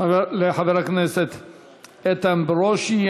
לחבר הכנסת איתן ברושי.